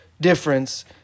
difference